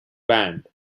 band